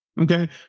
Okay